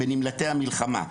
בנמלטי המלחמה.